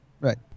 Right